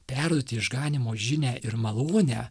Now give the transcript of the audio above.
perduoti išganymo žinią ir malonę